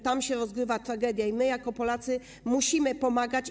Tam się rozgrywa tragedia i my, jako Polacy, musimy pomagać.